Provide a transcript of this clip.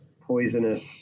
poisonous